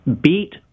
beat